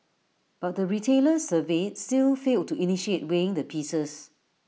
but the retailers surveyed still failed to initiate weighing the pieces